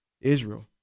Israel